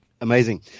Amazing